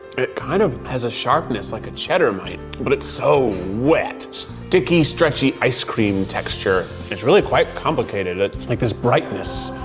it kind of has a sharpness like a cheddar might, but it's so wet. sticky, stretchy, ice cream texture. it's really quite complicated, like there's brightness,